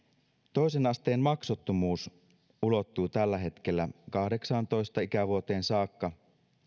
toisen asteen maksuttomuus ulottuu tällä hetkellä kahdeksaantoista ikävuoteen saakka